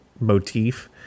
motif